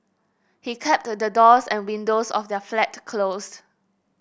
he kept the doors and windows of their flat closed